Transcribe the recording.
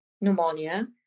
pneumonia